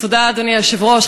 אדוני היושב-ראש,